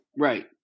Right